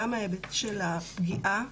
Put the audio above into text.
גם ההיבט של הפגיעה,